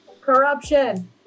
corruption